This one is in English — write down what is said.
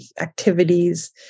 activities